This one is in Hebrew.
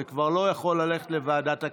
זה כבר לא יכול ללכת לוועדת הכנסת.